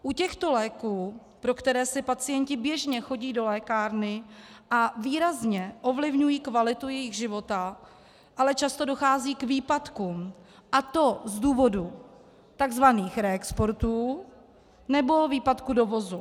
U těchto léků, pro které si pacienti běžně chodí do lékárny a které výrazně ovlivňují kvalitu jejich života, ale často dochází k výpadkům, a to z důvodu tzv. reexportů nebo výpadku dovozu.